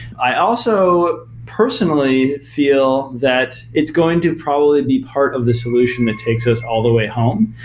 i also personally feel that it's going to probably be part of the solution that takes us all the way home.